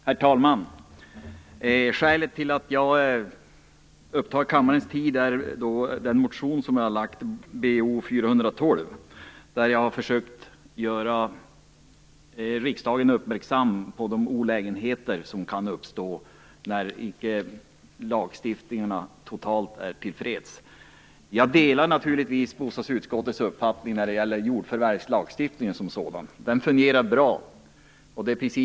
Herr talman! Skälet till att jag upptar kammarens tid är den motion som jag väckt, Bo412, där jag försökt göra riksdagen uppmärksam på de olägenheter som kan uppstå när lagstiftningarna totalt sett inte är till freds. Naturligtvis delar jag bostadsutskottets uppfattning om jordförvärvslagen som sådan. Den fungerar bra.